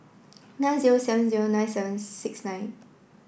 nine zero seven zero nine seven six nine